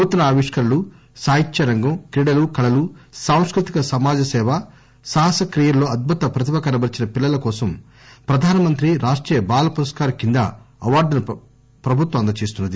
నూతన ఆవిష్కరణలు సాహిత్యరంగం క్రీడలు కళలు సాంస్కృతిక సామాజసేవ సాహస క్రియల్లో అద్బుత ప్రతిభ కనబర్చిన పిల్లల కోసం ప్రధానమంత్రి రాష్టీయ బాల పురస్కార్ కింద అవార్డులను ప్రభుత్వం అందజేస్తుంది